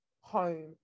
home